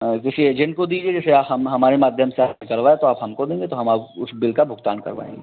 किसी एजेन्ट को दीजिए जैसे हम हमारे माध्यम से आप निकलवाएं तो आप हमको देंगे तो हम उस बिल का भुगतान करवाएंगे